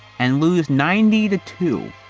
and lose ninety to to